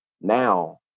now